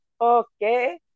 Okay